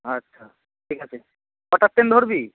আচ্ছা ঠিক আছে কটার ট্রেন ধরবি